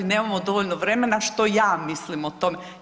Nemamo dovoljno vremena što ja mislim o tome.